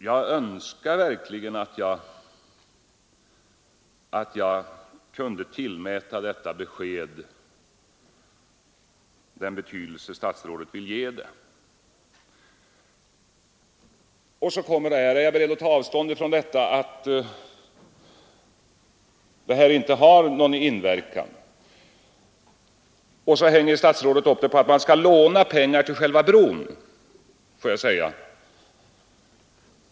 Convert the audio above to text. Jag önskar verkligen att jag kunde tillmäta detta besked den betydelse statsrådet vill ge det. Sedan frågar statsrådet, om jag är beredd att ta avstånd från att brobygget skulle ha någon inverkan på övriga kommunikationsinvesteringar. Så hänger statsrådet upp detta på att man skall låna pengar till själva bron.